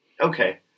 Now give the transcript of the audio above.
Okay